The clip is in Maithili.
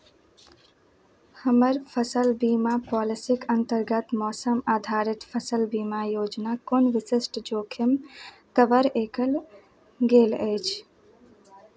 हमर फसल बीमा पॉलिसीक अन्तर्गत मौसम आधारित फसल बीमा योजना कोन विशिष्ट जोखिम कवर एकर गेल अछि